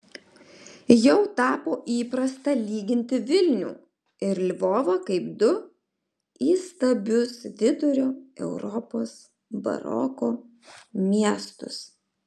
jau tapo įprasta lyginti vilnių ir lvovą kaip du įstabius vidurio europos baroko miestus